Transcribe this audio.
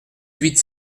huit